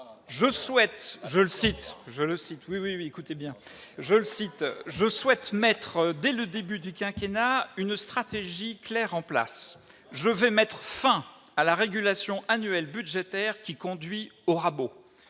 Je souhaite mettre dès le début du quinquennat une stratégie claire en place : je vais mettre fin à la régulation annuelle budgétaire qui conduit au rabot.